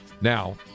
Now